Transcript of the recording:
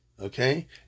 okay